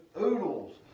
oodles